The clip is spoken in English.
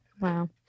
Wow